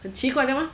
很奇怪的吗